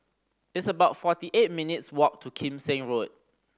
it's about forty eight minutes' walk to Kim Seng Road